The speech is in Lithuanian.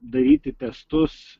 daryti testus